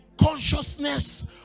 consciousness